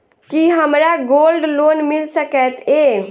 की हमरा gold loan मिल सकैत ये?